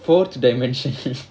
fourth dimension